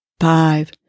five